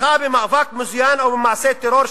תמיכה במאבק מזוין או במעשה טרור,